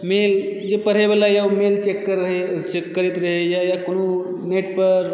मेल जे पढ़यवालाए ओ मेल चेक करैत रहैए वा कोनो नेट पर